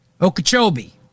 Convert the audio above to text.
Okeechobee